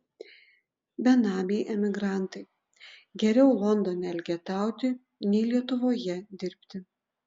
benamiai emigrantai geriau londone elgetauti nei lietuvoje dirbti